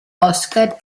oscar